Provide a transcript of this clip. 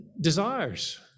desires